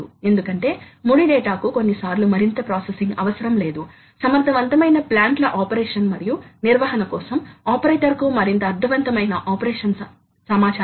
కాబట్టి మనం CNC యంత్రాల నిర్మాణాల ను పరిశీలిదాం కాబట్టి సాధారణంగా CNC యంత్రం ఈ రకమైన యూనిట్ తో తయారు చేయబడుతుందని నేను చెబుతున్నాను